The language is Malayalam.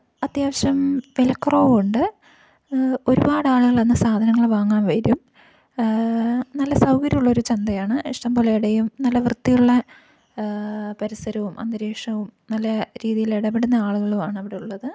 അത്യാവശ്യം വിലക്കുറവുണ്ട് ഒരുപാട് ആളുകൾ അന്ന് സാധനങ്ങൾ വാങ്ങാൻ വരും നല്ല സൗകര്യമുള്ള ഒരു ചന്തയാണ് ഇഷ്ടം പോലെ ഇടയും നല്ല വൃത്തിയുള്ള പരിസരവും അന്തരീക്ഷവും നല്ല രീതിയിൽ ഇടപെടുന്ന ആളുകളുമാണ് അവിടെ ഉള്ളത്